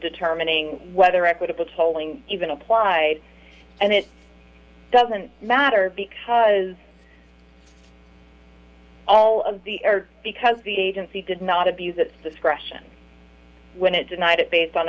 determining whether equitable tolling even applied and it doesn't matter because all of the error because the agency did not abuse its discretion when it denied it based on